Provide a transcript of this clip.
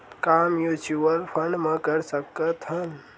का mutual fund म कर सकत हन?